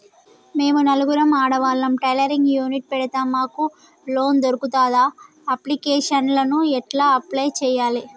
మేము నలుగురం ఆడవాళ్ళం టైలరింగ్ యూనిట్ పెడతం మాకు లోన్ దొర్కుతదా? అప్లికేషన్లను ఎట్ల అప్లయ్ చేయాలే?